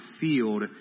field